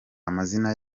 amazina